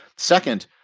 Second